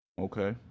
Okay